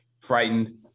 frightened